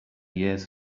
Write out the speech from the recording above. years